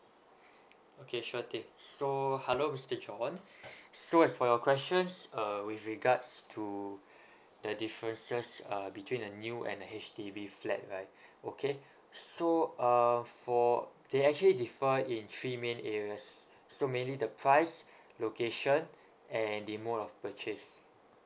okay sure thing so hello mr john so as for your questions uh with regards to the differences uh between an new and a H_D_B flat right okay so uh for they actually differ in three main areas so mainly the price location and the mode of purchase